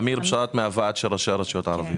אמיר בשאראת מהוועד של ראשי הרשויות הערביות.